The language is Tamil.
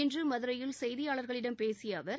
இன்று மதுரையில் செய்தியாளர்களிடம் பேசிய அவர்